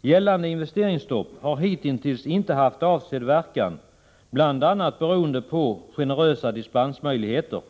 Gällande investeringsstopp har hitintills inte haft avsedd verkan, bl.a. beroende på generösa dispensmöjligheter.